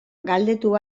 galdetu